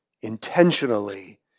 intentionally